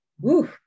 Woo